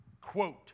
quote